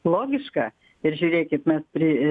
logiška ir žiūrėkit mes prii